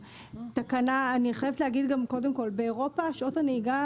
אני חייבת לומר שבאירופה שעות הנהיגה